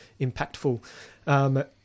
impactful